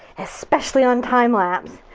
especially on time lapse!